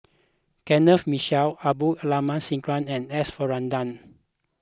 Kenneth Mitchell Abdul Aleem Siddique and S Varathan